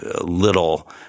little